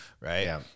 right